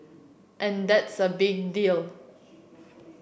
and that's a big deal